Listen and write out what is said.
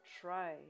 try